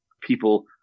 people